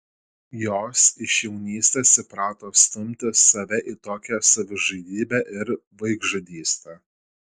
jos iš jaunystės įprato stumti save į tokią savižudybę ir vaikžudystę